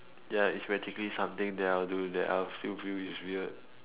ya it's practically something that I'll do that I'll still feel it's weird